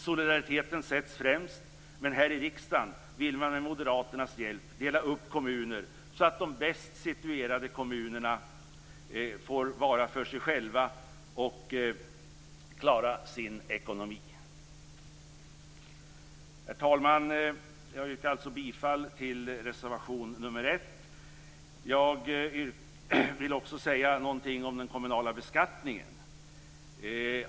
Solidariteten sätts främst, men här i riksdagen vill man med Moderaternas hjälp dela upp kommuner så att de bäst situerade kommunerna får vara för sig själva och klara sin ekonomi. Fru talman! Jag yrkar alltså bifall till reservation nr 1. Jag vill också säga någonting om den kommunala beskattningen.